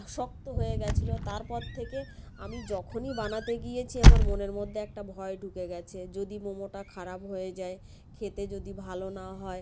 শক্ত হয়ে গেছিলো তারপর থেকে আমি যখনই বানাতে গিয়েছি আমার মনের মধ্যে একটা ভয় ঢুকে গেছে যদি মোমোটা খারাপ হয়ে যায় খেতে যদি ভালো না হয়